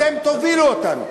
אתם תובילו אותנו.